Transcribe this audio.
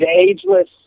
ageless